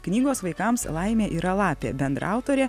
knygos vaikams laimė yra lapė bendraautorė